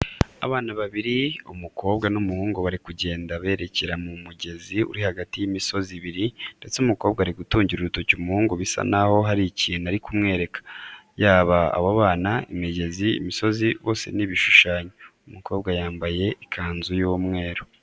Abana babiri: umukobwa n'umuhungu bari kugenda berekera ku mugezi uri hagati y'imisozi ibiri ndetse umukobwa ari gutungira urutoki umuhungu bisa naho hari ikintu ari kumwereka. Yaba abo bana, imigezi, imisozi bose ni ibishushanyo. Umukobwa yambaye ikanzu y'umweru.